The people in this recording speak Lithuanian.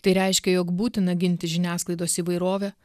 tai reiškia jog būtina ginti žiniasklaidos įvairovę